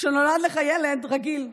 כשנולד לך ילד רגיל,